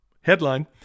Headline